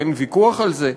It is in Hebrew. אין ויכוח על זה,